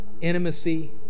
intimacy